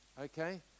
okay